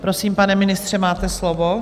Prosím, pane ministře, máte slovo.